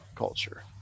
culture